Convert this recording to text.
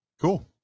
Cool